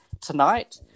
tonight